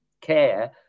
care